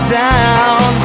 down